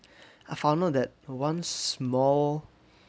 I found out that one small